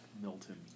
Milton